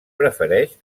prefereix